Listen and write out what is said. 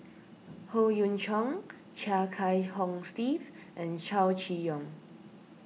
Howe Yoon Chong Chia Kiah Hong Steve and Chow Chee Yong